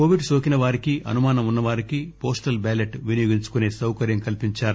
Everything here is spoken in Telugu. కోవిడ్ సోకిన వారికి అనుమానం ఉన్నవారికి పోస్టల్ బ్యాలెట్ వినియోగించుకునే సౌకర్యం కల్పించారు